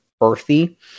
earthy